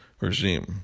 regime